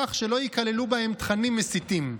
כך שלא ייכללו בהם תכנים מסיתים,